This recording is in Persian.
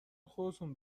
خودتون